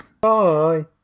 Bye